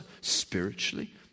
spiritually